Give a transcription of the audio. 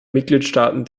mitgliedstaaten